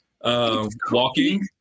walking